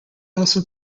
also